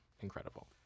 Incredible